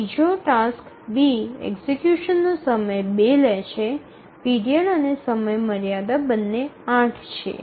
બીજો task B execution નો સમય ૨ લે છે પીરિયડ અને સમયમર્યાદા બંને 8 છે